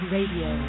Radio